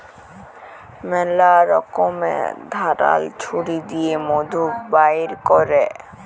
ম্যালা রকমের ধারাল ছুরি দিঁয়ে মধু বাইর ক্যরে